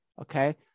Okay